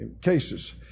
cases